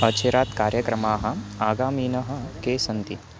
आचिरात् कार्यक्रमाः आगामीनः के सन्ति